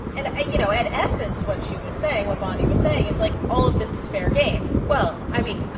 and ah you know, at essence, what she was saying what bondi was saying is, like, all of this is fair game well, i mean, yeah